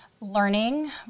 learning